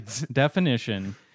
definition